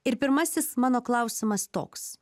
ir pirmasis mano klausimas toks